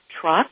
truck